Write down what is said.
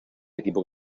equipo